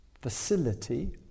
facility